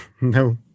no